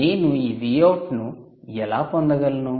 నేను ఈ Vout ను ఎలా పొందగలను